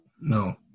no